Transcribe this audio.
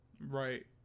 Right